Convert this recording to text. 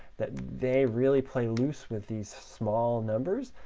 that they really play loose with these small numbers,